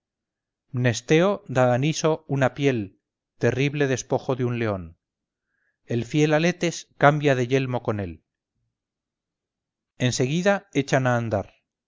da a niso una piel terrible despojo de un león el fiel aletes cambia de yelmo con él en seguida echan a andar